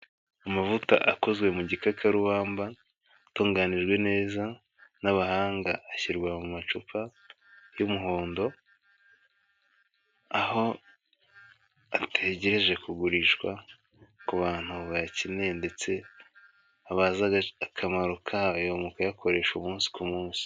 Amavuta akozwe mu gikakarubamba, atunganijwe neza n'abahanga ashyirwa mu macupa y'umuhondo, aho ategereje kugurishwa ku bantu bayakeneye ndetse abazi akamaro kayo mu kuyakoresha umunsi ku munsi.